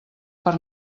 per